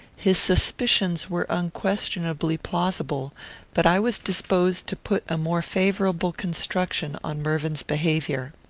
his suspicions were unquestionably plausible but i was disposed to put a more favourable construction on mervyn's behaviour.